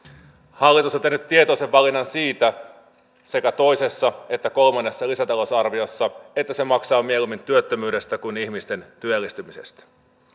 hallitus on tehnyt tietoisen valinnan siitä sekä toisessa että kolmannessa lisätalousarviossa että se maksaa mieluummin työttömyydestä kuin ihmisten työllistymisestä